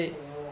orh